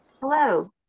Hello